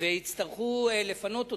ויצטרכו לפנות אותו,